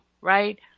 right